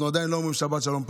אנחנו עדיין לא אומרים שבת שלום.